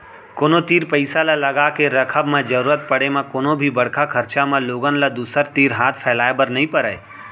कोनो तीर पइसा ल लगाके रखब म जरुरत पड़े म कोनो भी बड़का खरचा म लोगन ल दूसर तीर हाथ फैलाए बर नइ परय